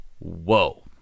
whoa